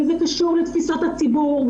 וזה קשור לתפיסת הציבור,